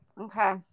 okay